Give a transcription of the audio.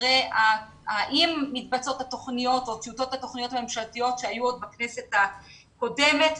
האם מתבצעות טיוטות התוכניות הממשלתיות שהיו עוד בכנסת הקודמת,